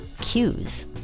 Cues